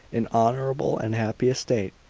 an honourable and happy estate,